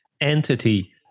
entity